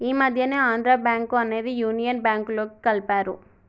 ఈ మధ్యనే ఆంధ్రా బ్యేంకు అనేది యునియన్ బ్యేంకులోకి కలిపారు